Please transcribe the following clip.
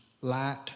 light